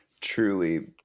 truly